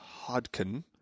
Hodkin